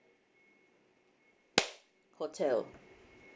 hotel